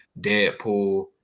deadpool